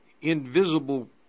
invisible